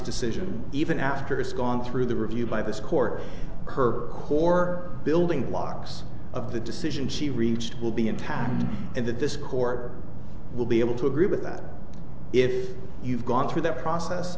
decision even after it's gone through the review by this court her core building blocks of the decision she reached will be intact and that this court will be able to agree with that if you've gone through that process